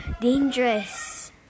dangerous